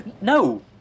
No